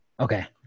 Okay